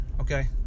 Okay